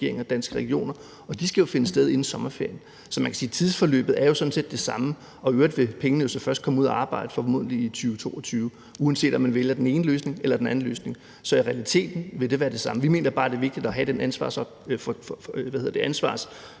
regeringen og Danske Regioner, og de skal jo finde sted inden sommerferien. Så man kan sige, at tidsforløbet jo sådan set er det samme, og i øvrigt vil pengene formodentlig først komme ud og arbejde i 2022, uanset om man vælger den ene løsning eller den anden løsning. Så i realiteten vil det være det samme. Vi mener bare, at det er vigtigt at have den ansvarsopdeling, også i forhold